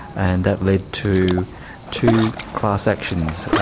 and that led to two class actions,